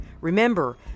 Remember